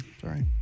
Sorry